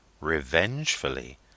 revengefully